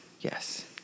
Yes